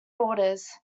daughters